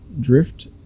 Drift